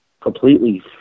completely